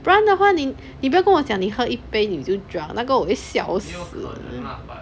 不然的话你你不要跟我讲你喝一杯你就 drunk 那个我会笑死